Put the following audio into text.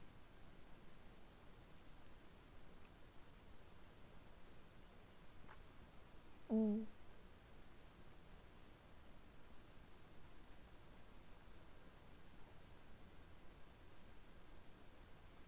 mm